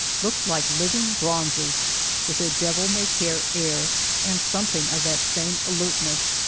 looked like living bronzes with their devil-may-care air and something of that same alertness,